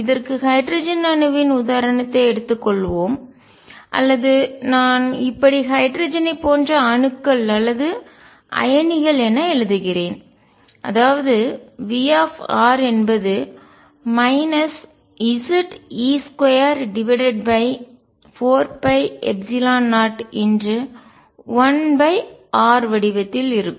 இதற்கு ஹைட்ரஜன் அணுவின் உதாரணத்தை எடுத்துக்கொள்வோம் அல்லது நான் இப்படி ஹைட்ரஜனை போன்ற அணுக்கள் அல்லது அயனிகள் என எழுதுகிறேன் அதாவது V என்பது Ze24π01r வடிவத்தில் இருக்கும்